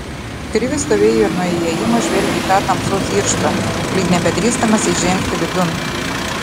krivis stovėjo ir nuo įėjimo žvelgė į tą tamsos irštvą lyg nebedrįsdamas įžengti vidun